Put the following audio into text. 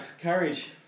courage